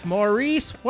Maurice